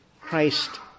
Christ